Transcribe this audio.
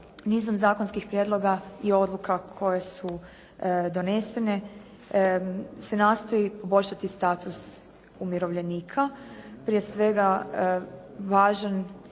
nizom zakonskih prijedloga i odluka koje su donesene se nastoji poboljšati status umirovljenika, prije svega važan